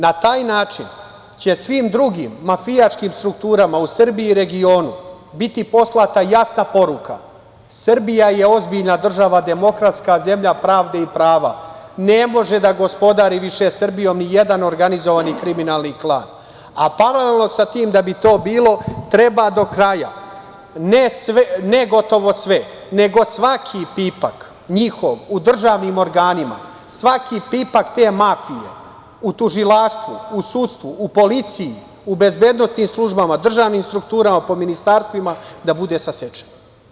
Na taj način će svim drugim mafijaškim strukturama u Srbiji i regionu biti poslata jasna poruka – Srbija je ozbiljna država, demokratska zemlja pravde i prava, ne može da gospodari više Srbijom ni jedan organizovani kriminalni klan, a paralelno sa tim da bi to bilo, treba do kraja, ne gotovo sve, nego svaki njihov pipak u državnim organima, svaki pipak te mafije u tužilaštvu, u sudstvu, u policiji, u bezbednosnim službama, državnim strukturama, po ministarstvima da bude sasečen.